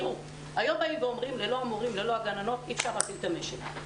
היום אומרים שללא המורים וללא הגננות אי-אפשר להפעיל את המשק.